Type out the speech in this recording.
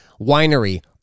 winery